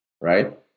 right